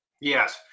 Yes